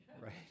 right